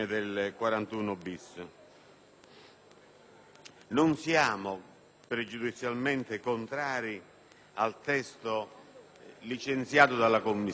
Non siamo pregiudizialmente contrari al testo licenziato dalle Commissioni.